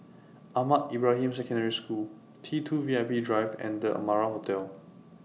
Ahmad Ibrahim Secondary School T two V I P Drive and The Amara Hotel